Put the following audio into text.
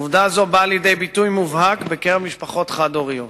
עובדה זו באה לידי ביטוי מובהק בקרב משפחות חד-הוריות.